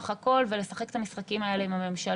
את הכול ולשחק את המשחקים האלה עם הממשלה.